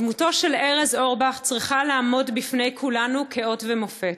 דמותו של ארז אורבך צריכה לעמוד בפני כולנו כאות ומופת.